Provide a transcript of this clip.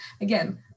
Again